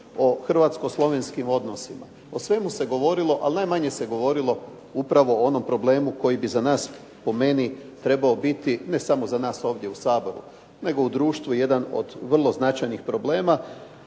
o hrvatsko-slovenskim odnosima, o svemu se govorilo, ali najmanje se govorilo upravo o onom problemu koji bi za nas po meni trebao biti, ne samo za nas ovdje u Saboru, nego u društvu jedan od vrlo značajnih problema